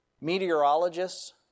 meteorologists